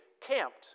camped